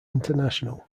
international